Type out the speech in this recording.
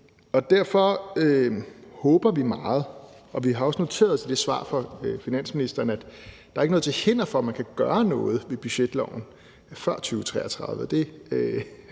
Derfor håber vi meget – og vi har også noteret os fra det svar af finansministeren, at der ikke er noget til hinder for, at man kan gøre noget ved budgetloven før 2033.